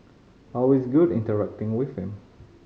always good interacting with him